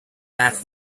asked